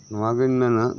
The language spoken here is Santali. ᱱᱚᱣᱟᱜᱮᱧ ᱢᱮᱱᱟ